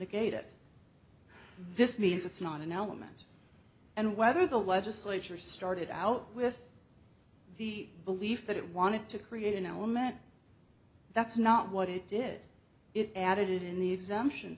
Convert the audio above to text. egate it this means it's not an element and whether the legislature started out with the belief that it wanted to create an element that's not what it did it added in the exemption